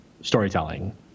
storytelling